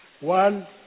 One